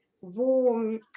warm